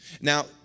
Now